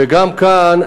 וגם כאן.